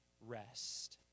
rest